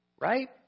right